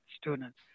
students